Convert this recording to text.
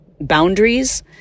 boundaries